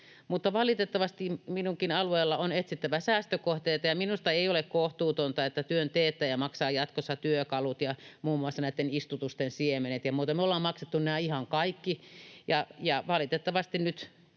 valitettavasti minunkin alueellani on etsittävä säästökohteita, ja minusta ei ole kohtuutonta, että työn teettäjä maksaa jatkossa työkalut ja muun muassa näitten istutusten siemenet ja muut. Me ollaan maksettu nämä ihan kaikki, ja valitettavasti nyt